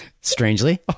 strangely